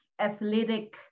athletic